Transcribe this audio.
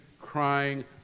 crying